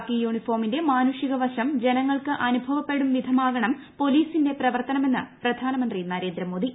കാക്കി യൂണിഫോമിന്റെ മാനുഷിക ്പുശം ജനങ്ങൾക്ക് അനുഭവപ്പെടും വിധമാകണം ക്ലാല്ലീസിന്റെ പ്രവർത്തനമെന്ന് പ്രധാനമന്ത്രിന്ദ്രേന്ദ്ര മോദി